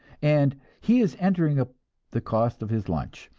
and he is entering up the cost of his lunch.